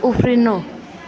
उफ्रिनु